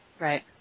Right